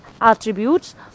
attributes